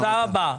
תודה רבה.